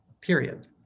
period